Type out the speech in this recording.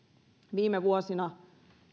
viime vuosina